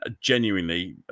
genuinely